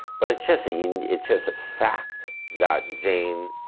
but it's just you know it's just a fact that jane,